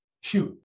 Shoot